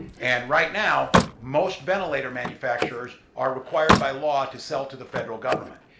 and right now, most ventilator manufacturers are required by law to sell to the federal government,